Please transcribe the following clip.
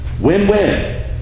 Win-win